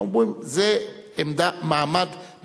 היו אומרים: זה מעמד בין-לאומי.